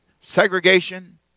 Segregation